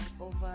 over